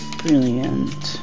brilliant